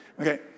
Okay